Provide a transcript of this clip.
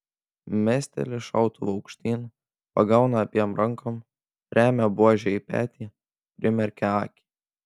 mesteli šautuvą aukštyn pagauna abiem rankom remia buožę į petį primerkia akį